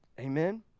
Amen